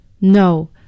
No